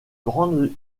grande